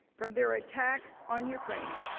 from their attack on ukraine.